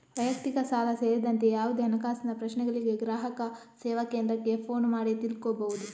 ವೈಯಕ್ತಿಕ ಸಾಲ ಸೇರಿದಂತೆ ಯಾವುದೇ ಹಣಕಾಸಿನ ಪ್ರಶ್ನೆಗಳಿಗೆ ಗ್ರಾಹಕ ಸೇವಾ ಕೇಂದ್ರಕ್ಕೆ ಫೋನು ಮಾಡಿ ತಿಳ್ಕೋಬಹುದು